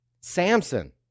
samson